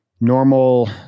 normal